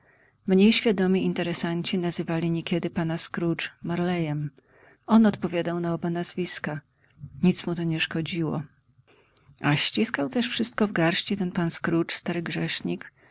mniej świadomi interesanci nazywali niekiedy pana scrooge marleyem on odpowiadał na oba nazwiska nic mu to nie szkodziło a ściskał też wszystko w garści ten pan scrooge stary grzesznik